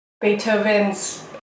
Beethoven's